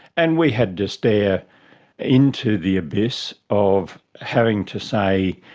and we had to stare into the abyss of having to say,